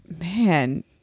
man